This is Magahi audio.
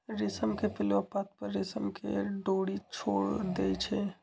रेशम के पिलुआ पात पर रेशम के डोरी छोर देई छै